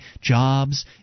jobs